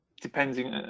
depending